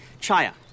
Chaya